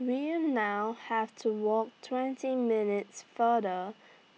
we now have to walk twenty minutes farther